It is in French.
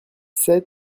sept